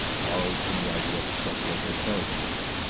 borrowed from the idea of a struggle over a territory,